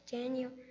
Daniel